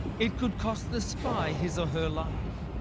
it could cost the spy his or her life.